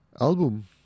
album